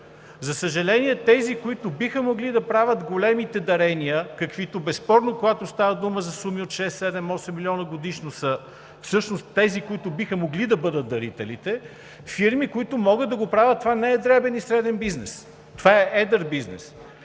За съжаление, тези, които биха могли да правят големите дарения, каквито безспорно, когато става дума за суми от 6 – 7 –8 милиона годишно, са всъщност тези, които биха могли да бъдат дарителите, фирми, които могат да го правят. Това не е дребен и среден бизнес, това е едър бизнес.